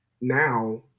now